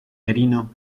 merino